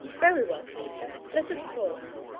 very well, peter, let us talk.